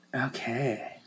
okay